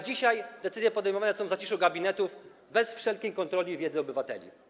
Dzisiaj decyzje podejmowane są w zaciszu gabinetów, bez żadnej kontroli i wiedzy obywateli.